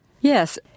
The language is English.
Yes